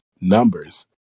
numbers